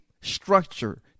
structure